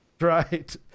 Right